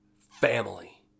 family